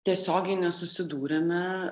tiesiogiai nesusidūrėme